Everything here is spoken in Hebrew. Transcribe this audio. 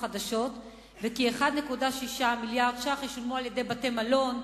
החלשות וכ-1.6 מיליארד שקלים ישולמו על-ידי בתי-מלון,